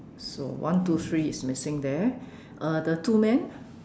so one two three is missing there uh the two men